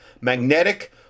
magnetic